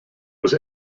was